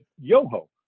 Yoho